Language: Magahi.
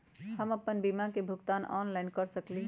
हम अपन बीमा के भुगतान ऑनलाइन कर सकली ह?